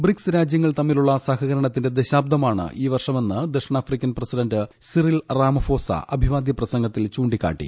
BRICS രാജ്യങ്ങൾ തമ്മിലുള്ള സഹകരണത്തിന്റെ ദശാബ്ദമാണ് ഈ വർഷമെന്ന് ദക്ഷിണാഫ്രിക്കൻ പ്രസിഡന്റ് സിറിൽ റമഫോസ അഭിവാദ്യ പ്രസംഗത്തിൽ ചൂണ്ടിക്കാട്ടി